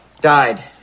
died